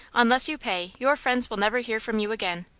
unless you pay, your friends will never hear from you again.